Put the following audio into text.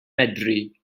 medru